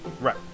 right